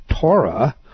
Torah